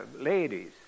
ladies